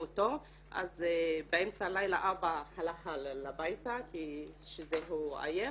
אותו אז באמצע הלילה אבא הלך הביתה שהוא היה עייף,